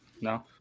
No